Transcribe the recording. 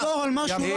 היא לא